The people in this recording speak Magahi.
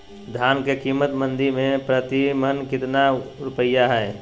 धान के कीमत मंडी में प्रति मन कितना रुपया हाय?